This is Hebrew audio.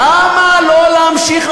למה לא להמשיך,